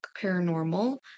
paranormal